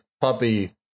puppy